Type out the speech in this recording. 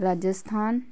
Rajasthan